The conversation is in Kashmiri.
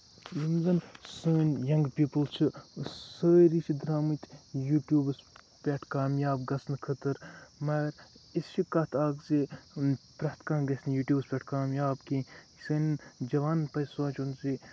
یِم زَن سٲنۍ یَنگ پیٖپٕل چھِ سٲری چھِ درامٕتۍ یوٗٹوٗبَس پٮ۪ٹھ کامیاب گژھنہٕ خٲطرٕ مَگر یہِ چھِ کَتھ اکھ زِ پرٮ۪تھ کانٛہہ گژھِ نہٕ یوٗٹوٗبَس پٮ۪ٹھ کامیاب کیٚنہہ سانٮ۪ن جَوانن پَزِ سونچُن زِ